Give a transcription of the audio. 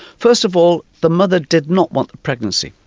first of all the mother did not want the pregnancy,